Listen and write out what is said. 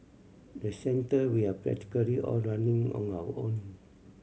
the centre we are practically all running on our own